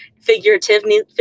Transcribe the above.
figuratively